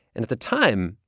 and at the time,